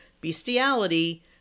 bestiality